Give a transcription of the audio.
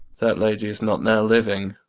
that lady is not now living,